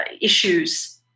issues